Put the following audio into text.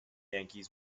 yankees